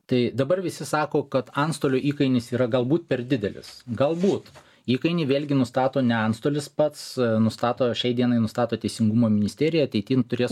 tai dabar visi sako kad antstolių įkainis yra galbūt per didelis galbūt įkainį vėlgi nustato ne antstolis pats nustato šiai dienai nustato teisingumo ministerija ateity jin turės